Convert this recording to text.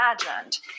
imagined